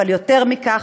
אבל יותר מכך,